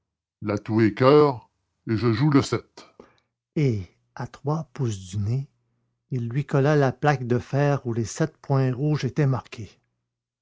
l'atout est coeur et je joue le sept et à trois pouces du nez il lui colla la plaque de fer où les sept points rouges étaient marqués